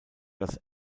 das